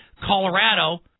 Colorado